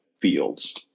fields